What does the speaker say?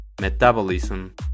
metabolism